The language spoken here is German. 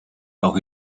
auch